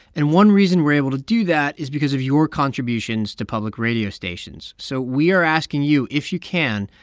and one reason we're able to do that is because of your contributions to public radio stations. so we are asking you, if you can,